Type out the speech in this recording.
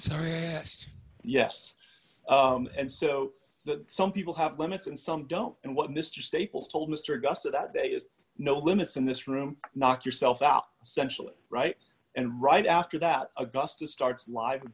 sorry yes yes and so that some people have limits and some don't and what mr staples told mr gusta that day is no limits in this room knock yourself out sensual right and right after that augusta starts live